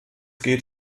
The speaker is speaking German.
geht